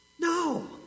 No